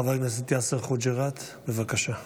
חבר הכנסת יאסר חוג'יראת, בבקשה.